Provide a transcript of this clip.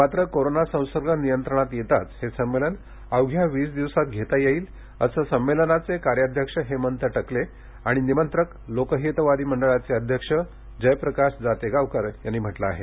मात्र कोरोना संसर्ग नियंत्रणात येताच हे संमेलन अवघ्या वीस दिवसात घेता येईल असं संमेलनाचे कार्याध्यक्ष हेमंत टकले आणि निमंत्रक लोकहितवादी मंडळाचे अध्यक्ष जयप्रकाश जातेगावकर यांनी म्हटलं आहे